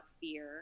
fear